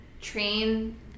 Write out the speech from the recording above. train